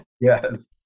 Yes